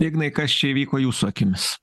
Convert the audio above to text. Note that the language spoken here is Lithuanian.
ignai kas čia įvyko jūsų akimis